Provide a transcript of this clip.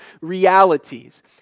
realities